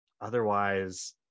otherwise